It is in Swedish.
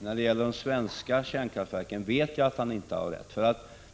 När det gäller de svenska kärnkraftverken vet jag att han inte har rätt.